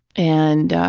and